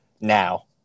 Now